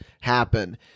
happen